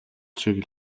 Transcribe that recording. шиг